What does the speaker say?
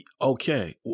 Okay